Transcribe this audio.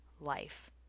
life